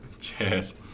Cheers